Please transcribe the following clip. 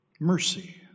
mercy